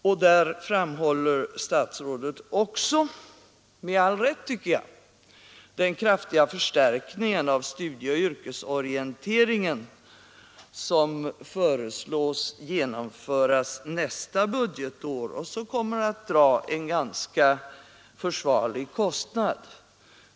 Statsrådet framhåller också — med all rätt — den kraftiga förstärkningen av studieoch yrkesorienteringen, som föreslås genomföras nästa budgetår och som kommer att dra en ganska försvarlig kostnad.